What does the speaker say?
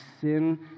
sin